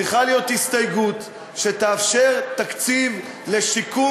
צריכה להיות הסתייגות שתאפשר תקציב לשיקום